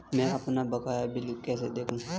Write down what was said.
मैं अपना बकाया बिल कैसे देखूं?